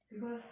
because